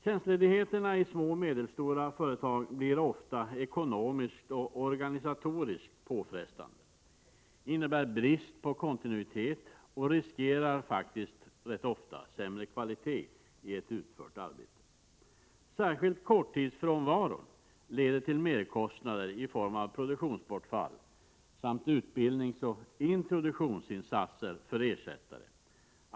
Tjänstledigheterna i små och medelstora företag blir ofta ekonomiskt och organisatoriskt påfrestande. De innebär en brist på kontinuitet och riskerar rätt ofta att innebära sämre kvalitet i ett utfört arbete. Särskilt korttidsfrånvaron leder till merkostnader i form av produktionsbortfall samt utbildningsoch introduktionsinsatser för ersättare.